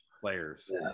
players